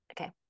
Okay